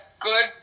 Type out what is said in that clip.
good